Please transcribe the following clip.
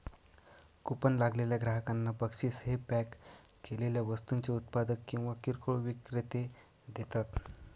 coupon लागलेल्या ग्राहकांना बक्षीस हे पॅक केलेल्या वस्तूंचे उत्पादक किंवा किरकोळ विक्रेते देतात